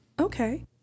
okay